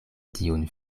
tiun